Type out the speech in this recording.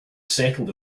settled